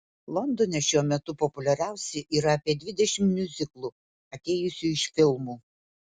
londone šiuo metu populiariausi yra apie dvidešimt miuziklų atėjusių iš filmų